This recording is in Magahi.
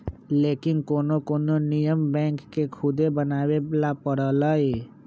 लेकिन कोनो कोनो नियम बैंक के खुदे बनावे ला परलई